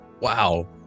wow